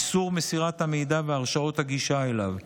איסור מסירת המידע והרשאות הגישה אליו.